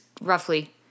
roughly